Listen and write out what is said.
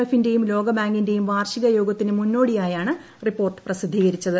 എഫിന്റെയും ലോകബാങ്കിന്റെയും വാർഷിക യോഗത്തിനു മുന്നോടിയായാണ് റിപ്പോർട്ട് പ്രസിദ്ധീകരിച്ചത്